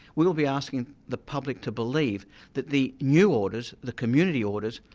we'll we'll be asking the public to believe that the new orders, the community orders,